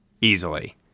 easily